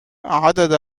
عدد